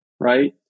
right